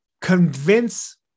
convince